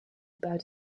about